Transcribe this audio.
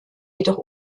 jedoch